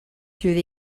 through